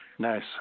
Nice